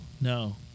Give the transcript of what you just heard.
no